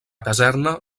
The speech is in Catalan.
caserna